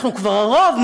אנחנו כבר הרוב.